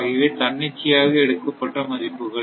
ஆகியவை தன்னிச்சை யாக எடுக்கப்பட்ட மதிப்புகள்